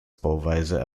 bauweise